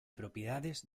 propiedades